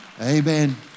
Amen